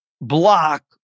block